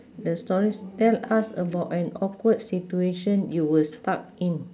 the stories tell us about an awkward situation you were stuck in